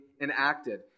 enacted